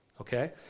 Okay